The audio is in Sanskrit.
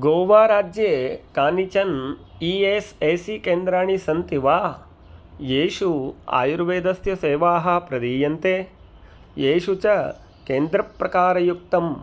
गोवाराज्ये कानिचन ई एस् ए सी केन्द्राणि सन्ति वा येषु आयुर्वेदस्य सेवाः प्रदीयन्ते येषु च केन्द्रप्रकारयुक्तं